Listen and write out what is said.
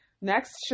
Next